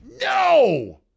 No